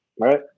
Right